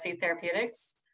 Therapeutics